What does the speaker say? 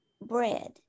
bread